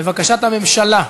לבקשת הממשלה.